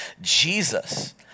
Jesus